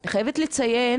אני חייבת לשאול,